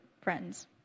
friends